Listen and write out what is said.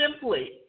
simply